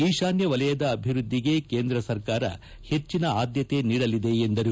ಈಶಾನ್ಯ ವಲಯದ ಅಭಿವೃದ್ಧಿಗೆ ಕೇಂದ್ರ ಸರ್ಕಾರ ಹೆಚ್ಚಿನ ಆದ್ಯತೆ ನೀಡಲಿದೆ ಎಂದರು